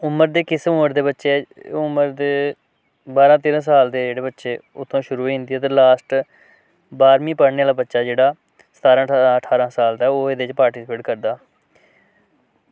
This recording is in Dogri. उम्र दे किस उम्र दे बच्चे बारहां तेरहां साल दे जेह्ड़े बच्चे ओह् इत्थां शुरू होई जंदे बाऽ लॉस्ट च बारहमीं पढ़ने आह्ला जेह्ड़ा बच्चा सतारहां ठारहां साल दा बच्चा ओह् एह्दे ई पार्टिस्पेट करी सकदा